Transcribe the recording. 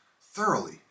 thoroughly